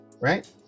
right